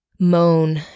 moan